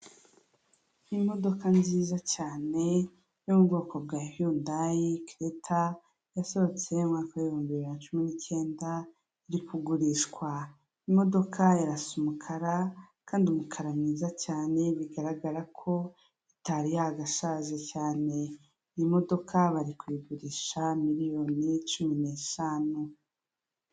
Imodoka nziza cyane yo mu bwoko bwa yundayi kereta yasohotse mu mwaka w' ibihumbi bibiri na cumi n'icyenda iri kugurishwa. Imodoka irasa umukara kandi umukara mwiza cyane, bigaragara ko itari yagashaje cyane. Imodoka bari kuyigurisha miliyoni cumi n'eshanu.